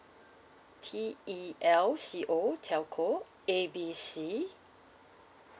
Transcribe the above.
T E L C O telco A B C